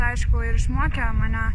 aišku ir išmokė mane